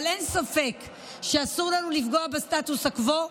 אבל אין ספק שאסור לנו לפגוע בסטטוס קוו,